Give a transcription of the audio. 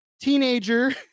teenager